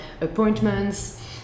appointments